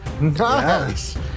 Nice